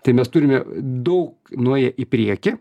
tai mes turime daug nuėję į priekį